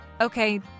Okay